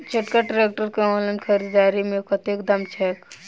छोटका ट्रैक्टर केँ ऑनलाइन खरीददारी मे कतेक दाम छैक?